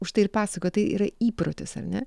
užtai ir pasakoju tai yra įprotis ar ne